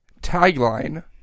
Tagline